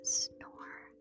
snore